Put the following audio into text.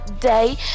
day